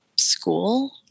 school